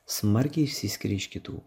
smarkiai išsiskiria iš kitų